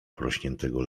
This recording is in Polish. porośniętego